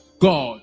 God